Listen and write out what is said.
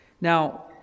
now